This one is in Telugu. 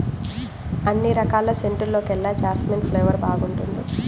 అన్ని రకాల సెంటుల్లోకెల్లా జాస్మిన్ ఫ్లేవర్ బాగుంటుంది